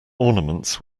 ornaments